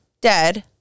dead